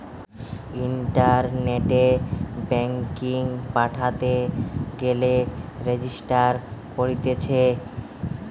ইন্টারনেটে ব্যাঙ্কিং পাঠাতে গেলে রেজিস্টার করতিছে